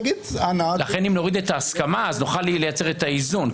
היא תגיד: אנא --- לכן אם נוריד את ההסכמה אז נוכל לייצר את האיזון.